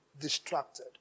distracted